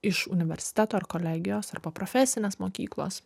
iš universiteto ar kolegijos arba profesinės mokyklos